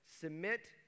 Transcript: Submit